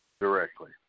directly